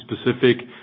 specific